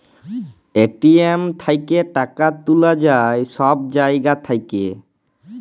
ATM থ্যাইকে টাকা তুলা যায় ছব জায়গা থ্যাইকে